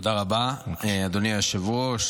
תודה רבה, אדוני היושב-ראש.